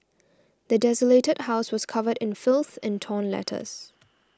the desolated house was covered in filth and torn letters